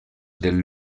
del